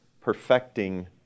perfecting